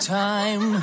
time